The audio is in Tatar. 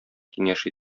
киңәш